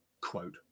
Quote